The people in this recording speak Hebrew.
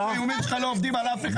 האיומים שלך לא עובדים על אף אחד.